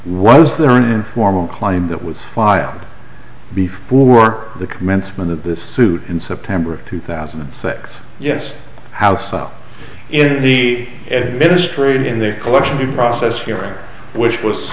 was there an informal claim that was filed before the commencement of this suit in september of two thousand and six yes house up in the administration in the collection process fair which was